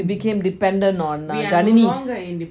we became dependent on uh canines